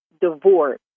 divorce